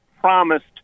promised